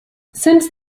since